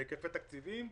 בהיקפי תקציבים,